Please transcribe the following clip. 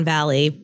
Valley